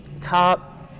top